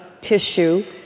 tissue